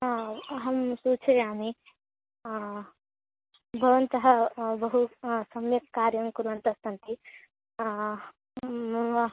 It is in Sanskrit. आ अहं सूचयामि भवन्तः बहु सम्यक् कार्यं कुर्वन्तस्सन्ति मम